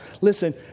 Listen